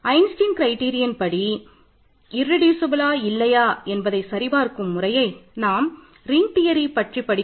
Einstein criterion படி